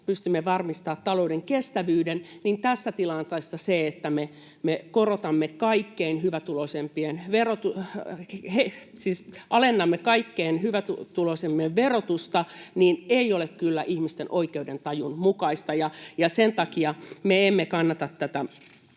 pystymme varmistamaan talouden kestävyyden, niin tässä tilanteessa se, että me alennamme kaikkein hyvätuloisimpien verotusta, ei ole kyllä ihmisten oikeudentajun mukaista. Sen takia me emme kannata tätä